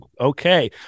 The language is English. okay